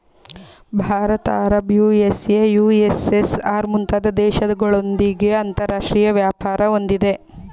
Bharat Arab, USA, USSR, ಮುಂತಾದ ದೇಶಗಳೊಂದಿಗೆ ಅಂತರಾಷ್ಟ್ರೀಯ ವ್ಯಾಪಾರ ಹೊಂದಿದೆ